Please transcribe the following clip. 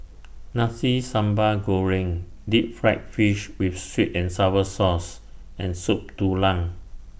Nasi Sambal Goreng Deep Fried Fish with Sweet and Sour Sauce and Soup Tulang